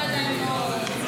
זה עדיין לא.